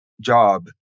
job